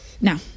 now